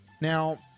Now